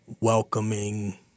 Welcoming